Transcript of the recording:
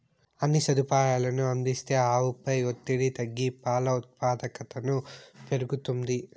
అన్ని సదుపాయాలనూ అందిస్తే ఆవుపై ఒత్తిడి తగ్గి పాల ఉత్పాదకతను పెరుగుతుంది